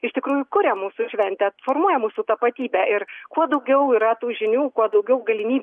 iš tikrųjų kuria mūsų šventę formuoja mūsų tapatybę ir kuo daugiau yra tų žinių kuo daugiau galimy